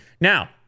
Now